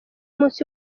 munsi